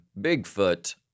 Bigfoot